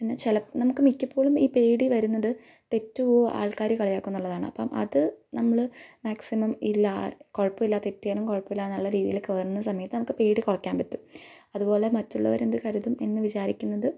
പിന്നെ ചില നമുക്ക് മിക്കപ്പൊളും ഈ പേടി വരുന്നത് തെറ്റുമോ ആള്ക്കാര് കളിയാക്കുമോ എന്നുള്ളതാണ് അപ്പം അത് നമ്മള് മാക്സിമം ഇല്ലാ കുഴപ്പമില്ല തെറ്റിയാലും കുഴപ്പമില്ല എന്നുള്ള രീതിയില് കയറുന്ന സമയത്ത് നമുക്ക് പേടി കുറയ്ക്കാൻ പറ്റും അത്പോലെ മറ്റുള്ളവരെന്ത് കരുതും എന്ന് വിചാരിക്കുന്നത്